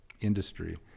industry